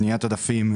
פניית עודפים.